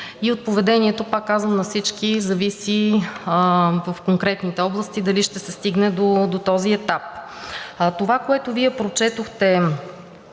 3. От поведението, пак казвам, на всички в конкретните области зависи дали ще се стигне до този етап. Това, което Вие прочетохте